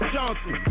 Johnson